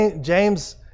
James